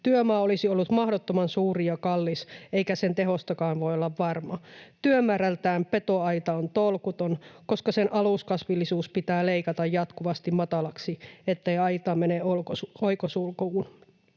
Työmaa olisi ollut mahdottoman suuri ja kallis, eikä sen tehostakaan voi olla varma. Työmäärältään petoaita on tolkuton, koska sen aluskasvillisuus pitää leikata jatkuvasti matalaksi, ettei aita mene oikosulkuun’,